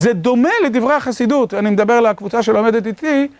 זה דומה לדברי החסידות, ואני מדבר לקבוצה שלומדת איתי.